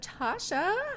Tasha